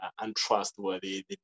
untrustworthy